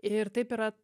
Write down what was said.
ir taip yra